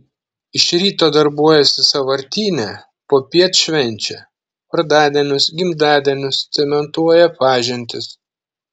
iš ryto darbuojasi sąvartyne popiet švenčia vardadienius gimtadienius cementuoja pažintis